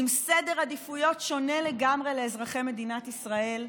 עם סדר עדיפויות שונה לגמרי לאזרחי מדינת ישראל,